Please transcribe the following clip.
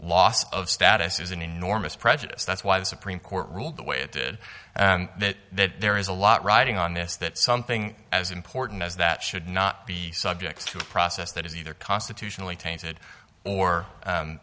loss of status is an enormous prejudice that's why the supreme court ruled the way it did and that there is a lot riding on this that something as important as that should not be subject to a process that is either constitutionally tainted or